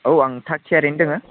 औ आं थाग थियारियैनो दोङो